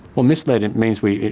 well, misled, it means we,